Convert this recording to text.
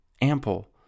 ample